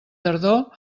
tardor